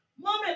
Mommy